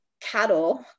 cattle